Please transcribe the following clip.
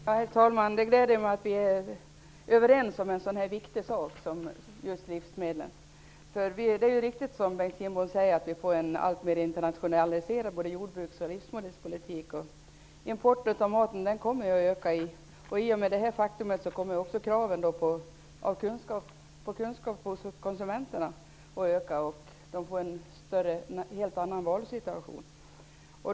Herr talman! Det gläder mig att vi är överens om en så viktig sak som just livsmedlen. Det är riktigt som Bengt Kindbom säger att vi får en alltmer internationaliserad jordbruks och livsmedelspolitik. Importen av mat kommer att öka. I och med detta kommer också kraven på kunskap hos konsumenterna att öka. De får en helt annan valsituation.